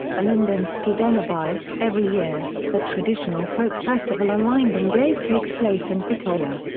ilindenski denovi every year, the traditional folk festival ilinden days takes place in bitola.